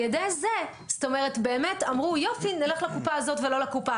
על ידי זה באמת בחרו ללכת לקופה הזאת ולא לקופה